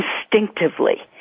instinctively